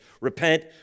Repent